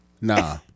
Nah